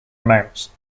amounts